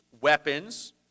weapons